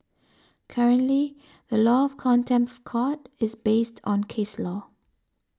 currently the law of contempt of court is based on case law